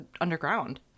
underground